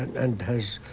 and has